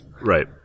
right